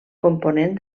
component